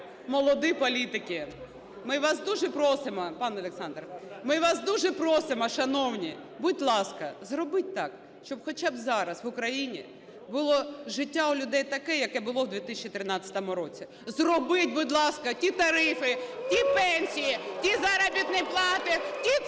Олександр. Ми вас дуже просимо, шановні, будь ласка, зробіть так, щоб хоча б зараз в Україні було життя у людей таке, яке було у 2013 році. Зробіть, будь ласка, ті тарифи, ті пенсії, ті заробітні плати, ті ціни,